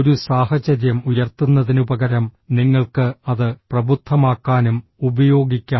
ഒരു സാഹചര്യം ഉയർത്തുന്നതിനുപകരം നിങ്ങൾക്ക് അത് പ്രബുദ്ധമാക്കാനും ഉപയോഗിക്കാം